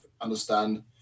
understand